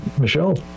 Michelle